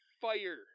fire